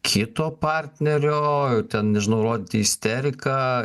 kito partnerio ten nežinau rodyti isteriką